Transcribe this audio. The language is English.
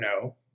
no